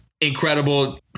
incredible